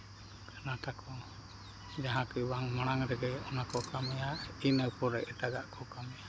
ᱚᱱᱟᱴᱟ ᱠᱚ ᱡᱟᱦᱟᱸ ᱠᱤ ᱵᱟᱝ ᱢᱟᱲᱟᱝ ᱨᱮᱜᱮ ᱚᱱᱟ ᱠᱚ ᱠᱟᱹᱢᱤᱭᱟ ᱤᱱᱟᱹ ᱯᱚᱨᱮ ᱮᱴᱟᱜᱟᱜ ᱠᱚ ᱠᱟᱹᱢᱤᱭᱟ